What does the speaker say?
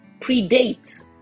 predates